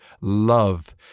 love